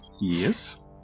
Yes